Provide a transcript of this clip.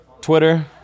Twitter